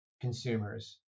consumers